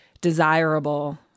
desirable